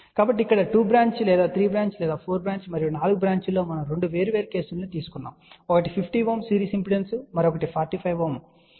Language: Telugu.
కాబట్టి ఇక్కడ 2 బ్రాంచ్ 3 బ్రాంచ్ 4 బ్రాంచ్ మరియు 4 బ్రాంచ్లో మనము రెండు వేర్వేరు కేసులను తీసుకున్నాము ఒకటి 50 ohm సిరీస్ ఇంపిడెన్స్ మరియు మరొకటి 45 ohm